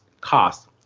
cost